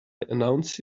announce